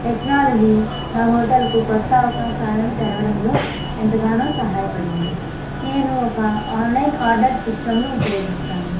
technology నా హోటల్కు కొత్త అవకాశాలను తెరవడంలో ఎంతగానో సహాయపడింది నేను ఒక ఆన్లైన్ ఆర్డర్ సిస్టమ్ను ఉపయోగిస్తాను